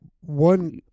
one